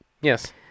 yes